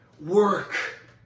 work